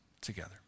together